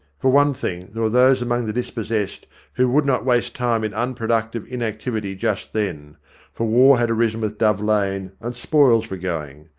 for one thing, there were those among the dispossessed who would not waste time in unproductive inactivity just then for war had arisen with dove lane, and spoils were going.